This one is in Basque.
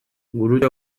gurutze